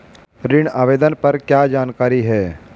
ऋण आवेदन पर क्या जानकारी है?